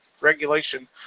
regulation